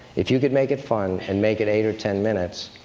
if you could make it fun, and make it eight or ten minutes,